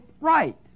right